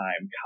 time